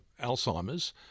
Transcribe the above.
Alzheimer's